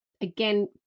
again